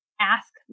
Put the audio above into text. ask